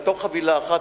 לתוך חבילה אחת,